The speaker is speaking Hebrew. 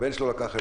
הבן שלו לקח אותו.